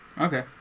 Okay